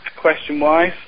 question-wise